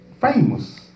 famous